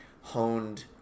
honed